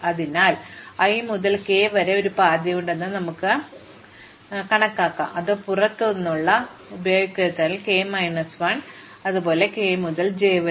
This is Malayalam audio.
അതിനാൽ i മുതൽ k വരെ ഒരു പാതയുണ്ടെന്ന് എനിക്ക് can ഹിക്കാം അത് പുറത്തുനിന്നുള്ള ഒന്നും ഉപയോഗിക്കാത്തതിനാൽ k മൈനസ് 1 അതുപോലെ k മുതൽ j വരെ